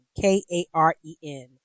K-A-R-E-N